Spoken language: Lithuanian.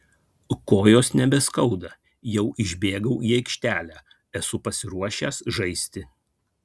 kojos nebeskauda jau išbėgau į aikštelę esu pasiruošęs žaisti